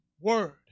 Word